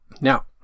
Now